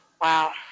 Wow